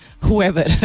whoever